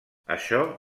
això